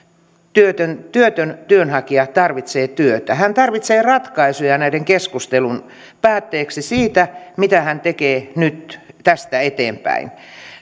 työtön työtön työnhakija tarvitsee työtä hän tarvitsee näiden keskustelujen päätteeksi ratkaisuja siitä mitä hän tekee nyt tästä eteenpäin